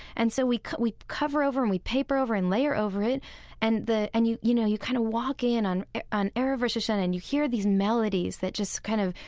and so we we cover over them, we paper over and layer over it and the, and, you you know, you kind of walk in on on erev rosh hashanah and you hear these melodies that just, kind of,